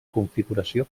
configuració